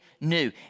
new